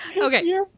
Okay